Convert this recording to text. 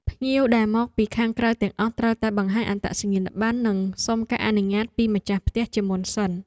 ភ្ញៀវអញ្ជើញមកពីខាងក្រៅទាំងអស់ត្រូវតែបង្ហាញអត្តសញ្ញាណប័ណ្ណនិងសុំការអនុញ្ញាតពីម្ចាស់ផ្ទះជាមុនសិន។